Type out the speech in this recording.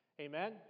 Amen